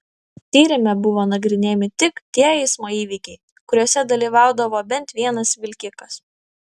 tyrime buvo nagrinėjami tik tie eismo įvykiai kuriuose dalyvaudavo bent vienas vilkikas